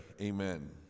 amen